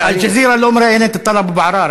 "אל-ג'זירה" לא מראיינת את טלב אבו עראר,